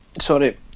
sorry